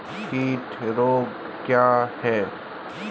कीट रोग क्या है?